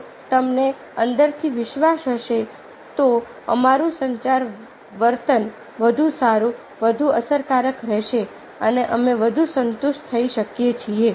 જો તમને અંદરથી વિશ્વાસ હશે તો અમારું સંચાર વર્તન વધુ સારું વધુ અસરકારક રહેશે અને અમે વધુ સંતુષ્ટ થઈ શકીએ છીએ